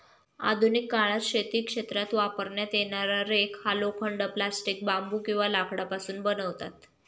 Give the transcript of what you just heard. आधुनिक काळात शेती क्षेत्रात वापरण्यात येणारा रेक हा लोखंड, प्लास्टिक, बांबू किंवा लाकडापासून बनवतात